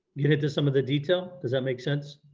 you know into some of the detail, does that make sense?